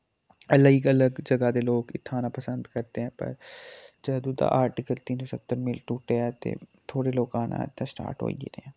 अलग अलग जगाह् दे लोक इत्थै आना पसंद करदे ऐं पर जदूं दा आर्टिकल तिन्न सौ सत्तर मिल टुट्टे आ ते थोह्ड़े लोक आना इत्थै स्टार्ट होई गेदे ऐं